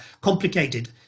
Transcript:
complicated